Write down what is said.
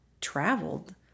traveled